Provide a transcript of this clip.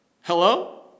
Hello